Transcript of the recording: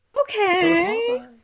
okay